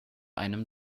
einem